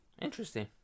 interesting